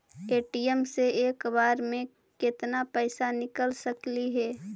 ATM से एक बार मे केत्ना पैसा निकल सकली हे?